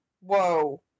whoa